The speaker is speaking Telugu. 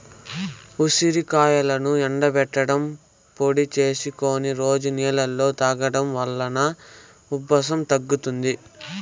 ఉసిరికాయలను ఎండబెట్టి పొడి చేసుకొని రోజు నీళ్ళలో తాగడం వలన ఉబ్బసం తగ్గుతాది